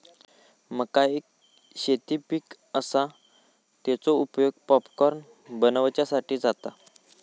मका एक शेती पीक आसा, तेचो उपयोग पॉपकॉर्न बनवच्यासाठी जाता